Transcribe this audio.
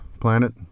planet